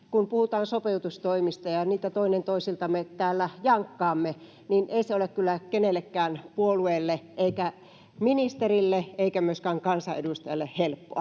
kun puhutaan sopeutustoimista ja niitä toinen toisillemme täällä jankkaamme, että ei se ole kyllä helppoa yhdellekään puolueelle eikä ministerille eikä myöskään kansanedustajalle, jotka